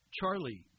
Charlie